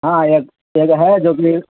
ہاں ایک یہ ہے جوکنی